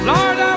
Lord